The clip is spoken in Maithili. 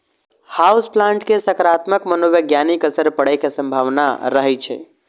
हाउस प्लांट के सकारात्मक मनोवैज्ञानिक असर पड़ै के संभावना रहै छै